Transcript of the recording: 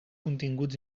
continguts